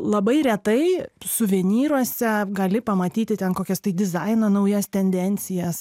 labai retai suvenyruose gali pamatyti ten kokias tai dizaino naujas tendencijas